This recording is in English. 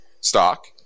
stock